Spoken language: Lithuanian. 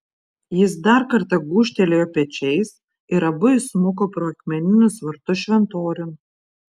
jis dar kartą gūžtelėjo pečiais ir abu įsmuko pro akmeninius vartus šventoriun